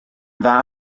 dda